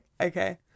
Okay